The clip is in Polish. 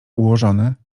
ułożone